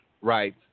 right